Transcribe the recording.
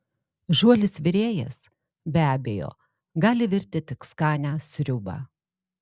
žuolis virėjas be abejo gali virti tik skanią sriubą